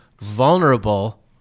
vulnerable